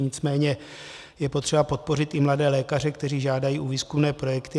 Nicméně je potřeba podpořit i mladé lékaře, kteří žádají o výzkumné projekty.